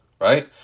Right